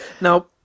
Now